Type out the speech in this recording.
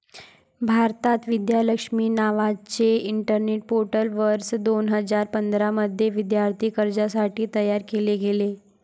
भारतात, विद्या लक्ष्मी नावाचे internet portal वर्ष दोन हजार पंधरा मध्ये विद्यार्थी कर्जासाठी तयार केले गेले